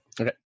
Okay